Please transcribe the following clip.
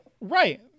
Right